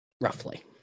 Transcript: roughly